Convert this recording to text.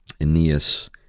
Aeneas